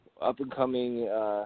up-and-coming